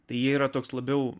tai yra toks labiau